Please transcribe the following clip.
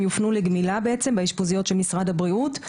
הם יופנו לגמילה באשפוזיות של משרד הבריאות,